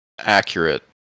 accurate